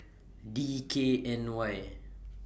D K N Y